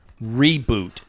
reboot